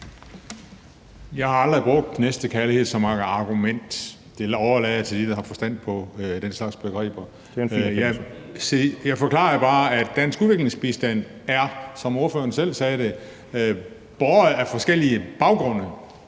Jeg har aldrig brugt næstekærlighed som argument. Det overlader jeg til dem, der har forstand på den slags begreber. Jeg forklarede bare, at dansk udviklingsbistand, som ordføreren selv sagde det, er båret af forskellige argumenter: